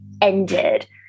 ended